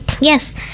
yes